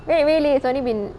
wait really it's only been